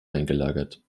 eingelagert